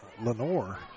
Lenore